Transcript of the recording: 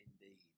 indeed